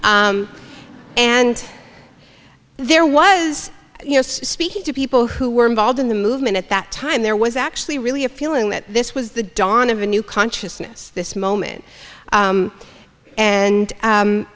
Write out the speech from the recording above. and there was you know speaking to people who were involved in the movement at that time there was actually really a feeling that this was the dawn of a new consciousness this moment and and